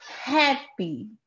happy